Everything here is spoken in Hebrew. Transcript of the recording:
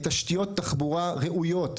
תשתיות תחבורה ראויות,